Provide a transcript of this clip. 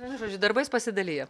vienu žodžiu darbais pasidalija